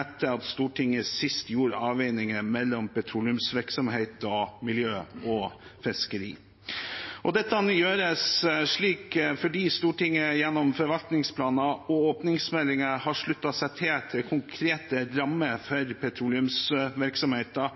etter at Stortinget sist gjorde avveininger mellom petroleumsvirksomhet og miljø og fiskeri. Dette gjøres slik fordi Stortinget gjennom forvaltningsplaner og åpningsmeldinger har sluttet seg til konkrete rammer for